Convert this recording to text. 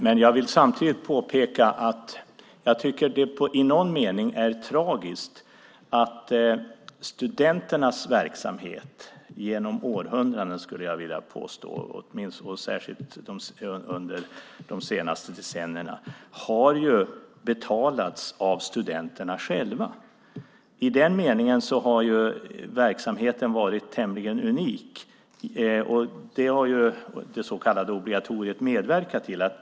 Men jag vill samtidigt påpeka att det i någon mening är tragiskt att studenternas verksamhet genom århundraden, särskilt de senaste decennierna, har betalats av studenterna själva. I den meningen har verksamheten varit tämligen unik. Det har det så kallade obligatoriet medverkat till.